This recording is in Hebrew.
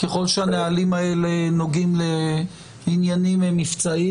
ככל שהנהלים האלה נוגעים לעניינים מבצעיים,